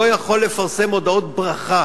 לא יכול לפרסם מודעות ברכה